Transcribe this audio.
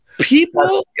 people